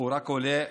רק עולה.